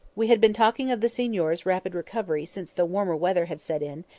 we had been talking of the signor's rapid recovery since the warmer weather had set in,